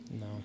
No